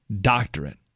doctorate